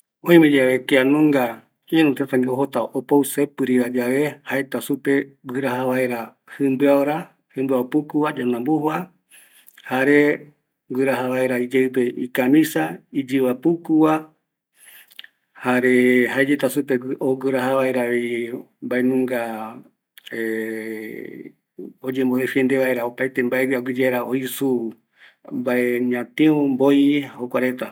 Oime yave kianunga ïru tëtägui ojota opou sepɨriva yave, jaeta supe guiraja vaera iyeɨpe tɨmbio puku va yanda mbuju va, jare guiraja vaera iyeɨpe camisa iyɨva puku va, jare jaeyeta supe guiraja vaeravi mba nunga oyeepi vaera, aguiye vaera oisu, ñatiu, mboi, jokuareta